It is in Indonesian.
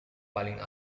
paling